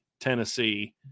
Tennessee